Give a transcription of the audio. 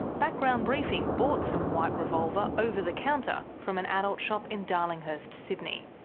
background briefing bought some white revolver over the counter from an adult shop in darlinghurst, sydney.